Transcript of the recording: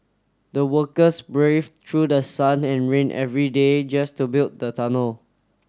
the workers braved through the sun and rain every day just to build the tunnel